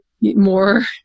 more